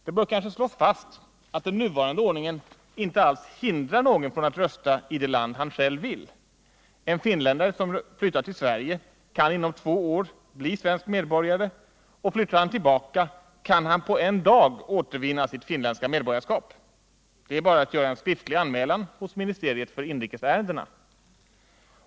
Det bör kanske slås fast att den nuvarande ordningen inte alls hindrar någon från att rösta i det land han själv vill. En finländare som flyttar till Sverige kan inom två år bli svensk medborgare, och flyttar han tillbaka kan han på en dag återvinna sitt finländska medborgarskap. Det är bara att göra en skriftlig anmälan hos ministeriet för inrikesärendena.